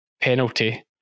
penalty